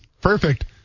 Perfect